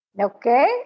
Okay